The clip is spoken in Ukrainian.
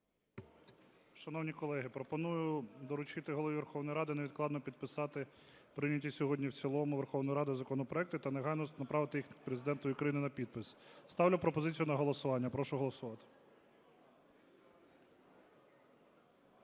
Шановні колеги, пропоную доручити Голові Верховної Ради невідкладно підписати прийняті сьогодні в цілому Верховною Радою законопроекти та негайно направити їх Президентові України на підпис. Ставлю пропозицію на голосування. Прошу голосувати.